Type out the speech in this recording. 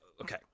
okay